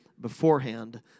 beforehand